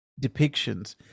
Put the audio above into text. depictions